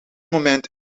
moment